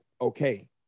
okay